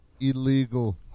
illegal